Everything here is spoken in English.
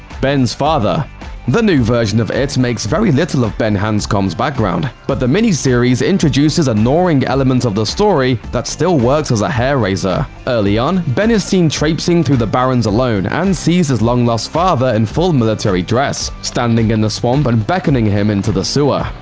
ben's father the new version of it makes very little of ben hanscom's background, but the miniseries introduces a gnawing element of the story that still works as a hair-raiser. early on, ben is seen traipsing through the barrens alone and sees his long-lost father in and full military dress, standing in the swamp and beckoning him into the sewer.